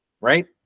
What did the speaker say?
right